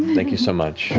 thank you so much.